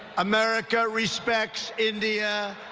america respects india.